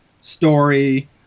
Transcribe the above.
story